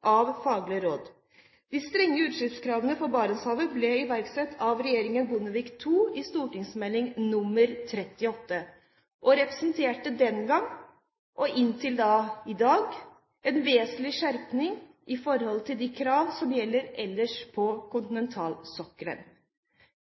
av faglige råd. De strenge utslippskravene for Barentshavet ble iverksatt av regjeringen Bondevik II i St.meld. nr. 38 for 2003–2004, og de representerte den gang – og inntil i dag – en vesentlig skjerping i forhold til de kravene som gjelder ellers på kontinentalsokkelen.